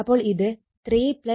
അപ്പോൾ ഇത് 3 1 ഉം ഈ വശം 0